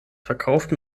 verkauften